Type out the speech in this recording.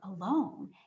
alone